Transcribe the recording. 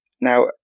Now